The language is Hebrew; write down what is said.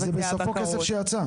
זה בסופו כסף שיצא.